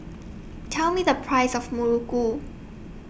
Tell Me The Price of Muruku